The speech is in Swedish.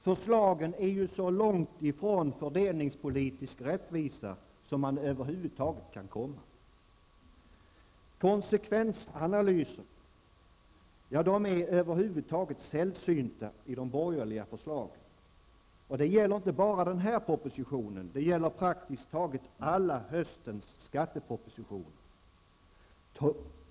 Förslagen är så långtifrån fördelningspolitisk rättvisa som man över huvud taget kan komma. Konsekvensanalyser är över huvud taget sällsynta i de borgerliga förslagen. Det gäller inte bara denna proposition. Det gäller praktiskt taget alla höstens skattepropositioner.